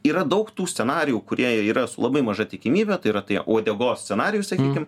yra daug tų scenarijų kurie yra su labai maža tikimybe tai yra tai uodegos scenarijus sakykim